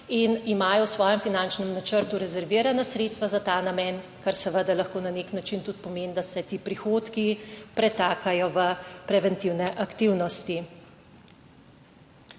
in imajo v svojem finančnem načrtu rezervirana sredstva za ta namen, kar seveda lahko na nek način tudi pomeni, da se ti prihodki pretakajo v preventivne aktivnosti.